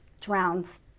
drowns